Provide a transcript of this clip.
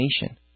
nation